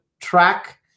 track